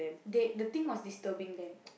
they the thing was disturbing them